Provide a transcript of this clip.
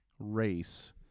race